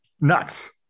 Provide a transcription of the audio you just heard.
Nuts